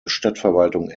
stadtverwaltung